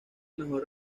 mejor